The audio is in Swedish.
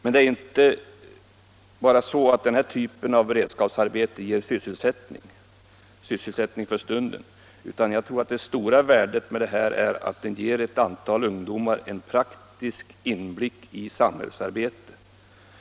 Sedan är det inte bara så att denna typ av beredskapsarbete ger sys selsättning för stunden, utan det stora värdet av den utbildningen tror jag ligger i att den ger ett antal ungdomar en praktisk inblick i samhällsarbetet.